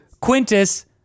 Quintus